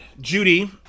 Judy